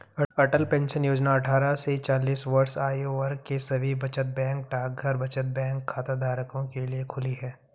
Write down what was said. अटल pension Yojana अट्ठारह से चालीस वर्ष आयु वर्ग के सभी बचत बैंक डाकघर बचत बैंक खाताधारकों के लिए खुली है